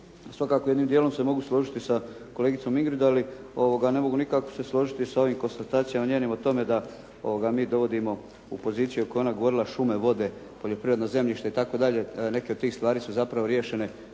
svakako jednim djelom se mogu složiti sa kolegicom Ingrid, ali ne mogu se nikako složiti sa ovim konstatacijama njenim o tome da mi dovodimo u poziciju o kojoj je ona govorila da šume, vode, poljoprivredna zemljišta itd. da neke od tih stvari su zapravo riješene